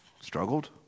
struggled